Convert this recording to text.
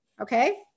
okay